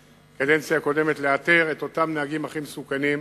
בקדנציה הקודמת לאתר את אותם נהגים הכי מסוכנים.